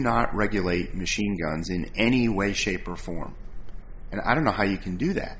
not regulate machine guns in any way shape or form and i don't know how you can do that